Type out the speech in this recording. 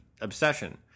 obsession